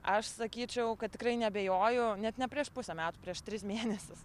aš sakyčiau kad tikrai neabejoju net ne prieš pusę metų prieš tris mėnesius